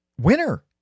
winner